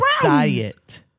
diet